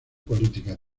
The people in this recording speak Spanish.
política